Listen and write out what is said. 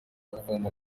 kuvoma